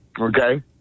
Okay